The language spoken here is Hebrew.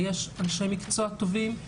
ויש אנשי מקצוע טובים,